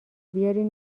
بیارین